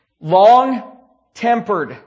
Long-tempered